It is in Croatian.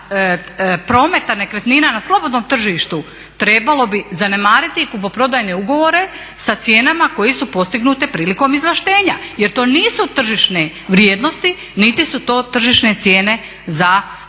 prometa nekretnina na slobodnom tržištu trebalo bi zanemariti kupoprodajne ugovore sa cijenama koje su postignute prilikom izvlaštenja jer to nisu tržišne vrijednosti, niti su to tržišne cijene za predmet